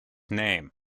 name